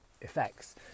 effects